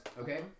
okay